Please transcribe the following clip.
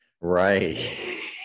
Right